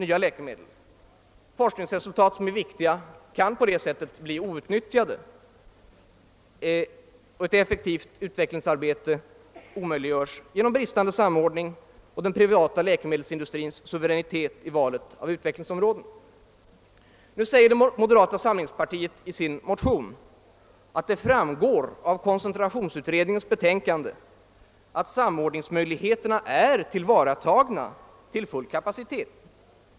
Viktiga forskningsresultat kan på det sättet bli outnyttjade och ett effektivt utvecklingsarbete omöjliggöras genom bristande samordning och den privata läkemedelsindustrins suveränitet i valet av utvecklingsområden. I sina motioner skriver moderata samlingspartiet att det framgår av koncentrationsutredningens betänkande «att samordningsmöjligheterna fullt ut är tillvaratagna.